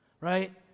right